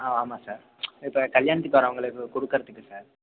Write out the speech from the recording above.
ஆ ஆமாம் சார் இப்போ கல்யாணத்துக்கு வர்றவங்களுக்கு கொடுக்குறத்துக்கு சார்